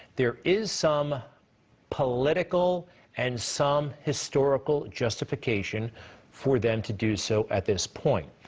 there is some political and some historical justification for them to do so, at this point.